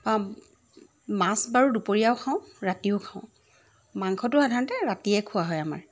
মাছ বাৰু দুপৰীয়াও খাওঁ ৰাতিও খাওঁ মাংসটো সাধাৰণতে ৰাতিয়ে খোৱা হয় আমাৰ